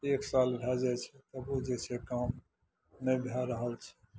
एक साल भए जाइ छै तबो जे छै काम नहि भए रहल छै